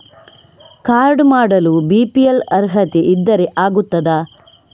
Card ಮಾಡಲು BPL ಅರ್ಹತೆ ಇದ್ದರೆ ಆಗುತ್ತದ?